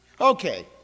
Okay